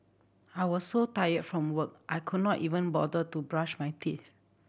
I was so tired from work I could not even bother to brush my teeth